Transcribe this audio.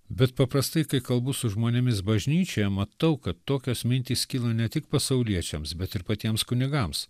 bet paprastai kai kalbu su žmonėmis bažnyčioje matau kad tokios mintys kilo ne tik pasauliečiams bet ir patiems kunigams